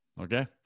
Okay